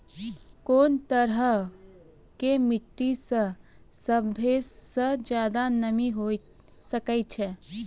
कोन तरहो के मट्टी मे सभ्भे से ज्यादे नमी हुये सकै छै?